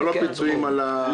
אבל לא פיצויים על ה- --?